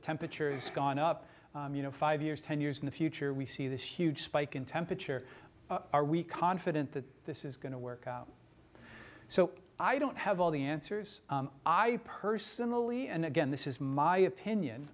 temperature is gone up you know five years ten years in the future we see this huge spike in temperature are we confident that this is going to work out so i don't have all the answers i personally and again this is my opinion